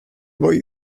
boy